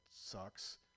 sucks